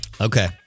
Okay